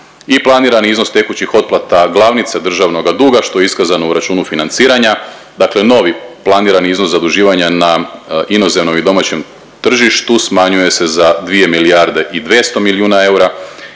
i planirani iznos tekućih otplata glavnica državnoga duga što je iskazano u računu financiranja. Dakle, novi planirani iznos zaduživanja na inozemnom i domaćem tržištu smanjuje se za 2 milijarde i 200 milijuna eura